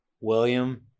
William